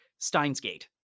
Steinsgate